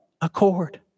accord